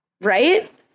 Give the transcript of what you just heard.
Right